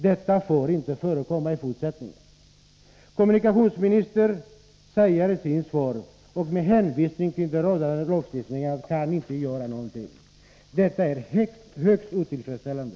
Detta får inte förekomma i fortsättningen! Kommunikationsministern säger i sitt svar, med hänvisning till svensk lagstiftning, att han inte kan göra något. Detta är högst otillfredsställande.